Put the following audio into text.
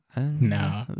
No